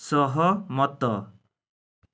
ସହମତ